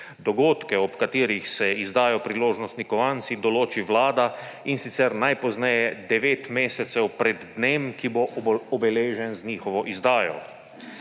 Dogodke, ob katerih se izdajo priložnostni kovanci, določi Vlada, in sicer najpozneje devet mesecev pred dnem, ki bo obeležen z njihovo izdajo.